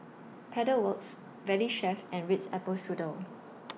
Pedal Works Valley Chef and Ritz Apple Strudel